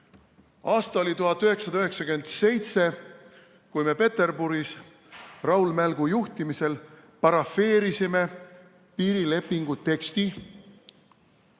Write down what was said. Aasta oli 1997, kui me Peterburis Raul Mälgu juhtimisel parafeerisime piirilepingu teksti